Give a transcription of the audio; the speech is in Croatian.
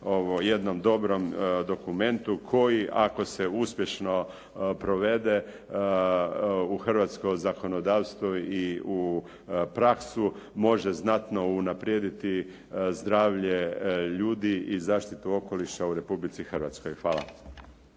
jednom dobrom dokumentu koji ako se uspješno provede u hrvatsko zakonodavstvo i u praksu može znat no unaprijediti zdravlje ljudi i zaštitu okoliša u Republici Hrvatskoj. Hvala.